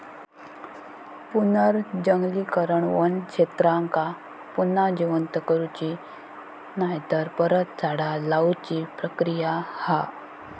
पुनर्जंगलीकरण वन क्षेत्रांका पुन्हा जिवंत करुची नायतर परत झाडा लाऊची प्रक्रिया हा